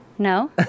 no